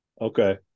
okay